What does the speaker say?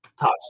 touch